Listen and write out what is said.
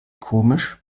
komisch